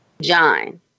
John